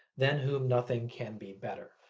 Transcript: than whom nothing can be better.